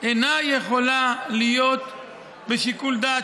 ומתן פטור אינה יכולה להיות בשיקול דעת